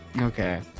Okay